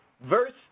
Verse